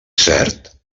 cert